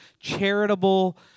charitable